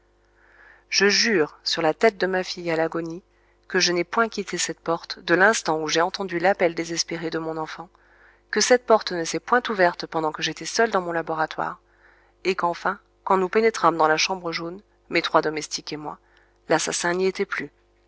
je jure sur la tête de ma fille à l'agonie que je n'ai point quitté cette porte de l'instant où j'ai entendu l'appel désespéré de mon enfant que cette porte ne s'est point ouverte pendant que j'étais seul dans mon laboratoire et qu'enfin quand nous pénétrâmes dans la chambre jaune mon vieux domestique et moi l'assassin n'y était plus